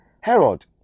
Herod